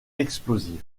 explosive